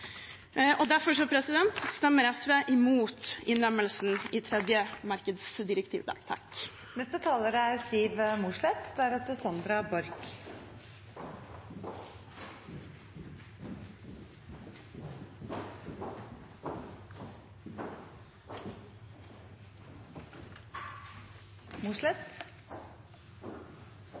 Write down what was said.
framover. Derfor stemmer SV imot innlemmelsen i tredje markedsdirektiv. Er